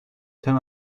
ترم